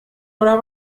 oder